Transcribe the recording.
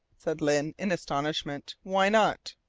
said lyne in astonishment. why not?